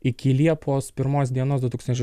iki liepos pirmos dienos du tūkstančiai